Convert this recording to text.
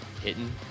hitting